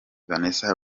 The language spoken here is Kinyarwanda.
vanessa